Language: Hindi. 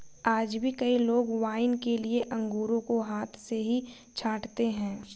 आज भी कई लोग वाइन के लिए अंगूरों को हाथ से ही छाँटते हैं